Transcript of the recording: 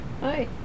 Hi